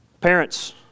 Parents